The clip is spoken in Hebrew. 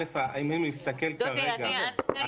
הילדים בכפרי הנוער הם